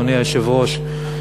אדוני היושב-ראש,